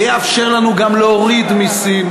ויאפשר לנו גם להוריד מסים,